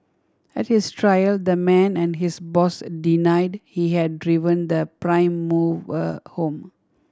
at his trial the man and his boss denied he had driven the prime mover home